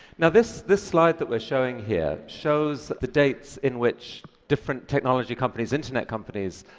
now, this this slide that we're showing here shows the dates in which different technology companies, internet companies,